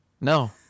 No